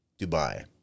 Dubai